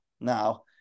Now